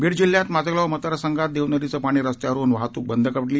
बीड जिल्ह्यात माजलगाव मतदारसंघात देव नदीचं पाणी रस्त्यावर येऊन वाहतूक बंद झाली